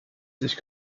sich